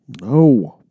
No